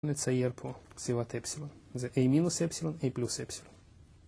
נצייר פה סביבת אפסילון, זה A מינוס אפסילון, A פלוס אפסילון.